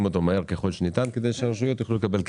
אותו מהר ככל שניתן כדי שהרשויות יוכלו לקבל כסף.